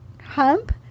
hump